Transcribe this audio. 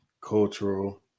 cultural